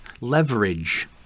leverage